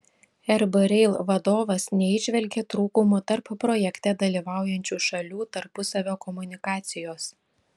rb rail vadovas neįžvelgė trūkumų tarp projekte dalyvaujančių šalių tarpusavio komunikacijos